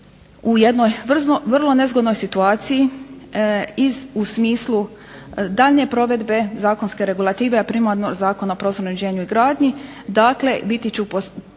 u jednoj vrlo nezgodnoj situaciji u smislu daljnje provedbe zakonske regulative, a primarno Zakon o prostornom uređenju i gradnji,